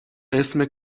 اسم